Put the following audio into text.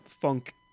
funk